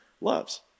loves